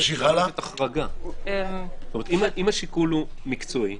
אם השיקול הוא מקצועי,